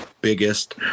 biggest